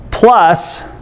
Plus